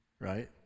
right